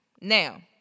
Now